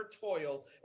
toil